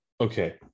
Okay